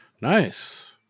nice